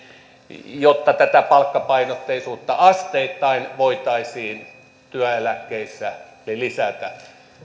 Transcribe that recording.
jotta tätä palkkapainotteisuutta asteittain voitaisiin työeläkkeissä lisätä